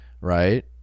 right